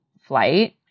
flight